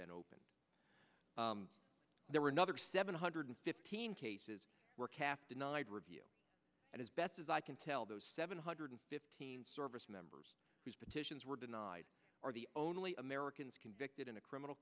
been opened there were another seven hundred fifteen cases were cast denied review and as best as i can tell those seven hundred fifteen service members whose petitions were denied are the only americans convicted in a criminal